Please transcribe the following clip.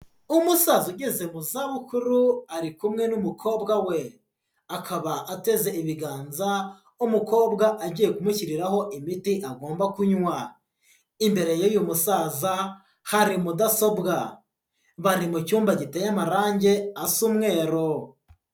Umusaza ugeze mu zabukuru, ari kumwe n'umukobwa we. Akaba ateze ibiganza, umukobwa agiye kumushyiriraho imiti agomba kunywa. Imbere y'uyu musaza, hari mudasobwa. Bari mu cyumba giteye amarange asa umweru.